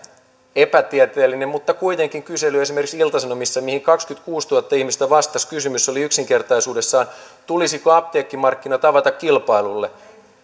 epätieteellinen mutta kuitenkin ilta sanomissa mihin kaksikymmentäkuusituhatta ihmistä vastasi ja kysymys oli yksinkertaisuudessaan tulisiko apteekkimarkkinat avata kilpailulle